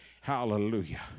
Hallelujah